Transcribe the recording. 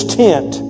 tent